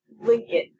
Lincoln